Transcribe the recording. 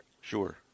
Sure